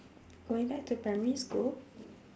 going back to primary school